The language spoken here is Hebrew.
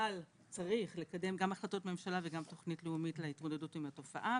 צריך לקדם גם החלטות ממשלה וגם תוכנית לאומית להתמודדות עם התופעה,